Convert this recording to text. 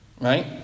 Right